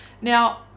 Now